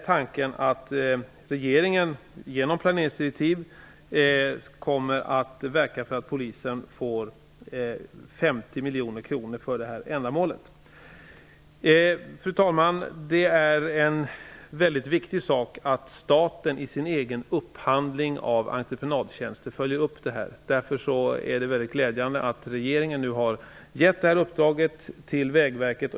Tanken är regeringen genom planeringsdirektiv skall verka för att Polisen får 50 miljoner kronor för detta ändamål. Det är väldigt viktigt att staten i sin egen upphandling av entreprenadtjänster följer upp detta. Därför är det mycket glädjande att regeringen nu har givit detta uppdrag till Vägverket.